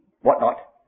whatnot